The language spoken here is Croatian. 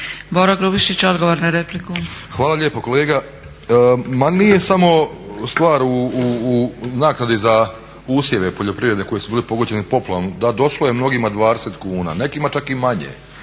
**Grubišić, Boro (HDSSB)** Hvala lijepo. Kolega, ma nije samo stvar u naknadi za usjeve poljoprivrede koji su bili pogođeni poplavama. Da došlo je mnogima 20 kuna, nekima čak i manje,